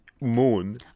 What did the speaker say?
moon